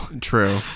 True